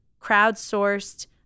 crowdsourced